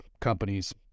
companies